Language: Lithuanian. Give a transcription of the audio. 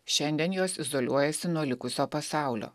šiandien jos izoliuojasi nuo likusio pasaulio